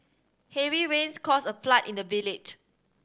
heavy rains caused a flood in the village